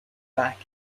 back